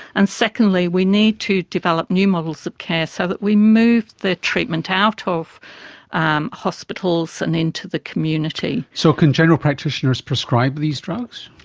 and secondly we need to develop new models of care so that we move the treatment out ah of um hospitals and into the community. so can general practitioners prescribe these drugs?